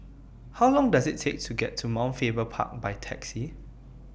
How Long Does IT Take to get to Mount Faber Park By Taxi